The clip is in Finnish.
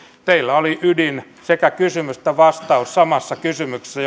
teillä oli ydin sekä kysymys että vastaus samassa kysymyksessä